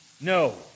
No